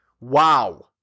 Wow